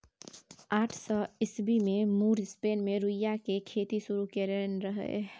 आठ सय ईस्बी मे मुर स्पेन मे रुइया केर खेती शुरु करेने रहय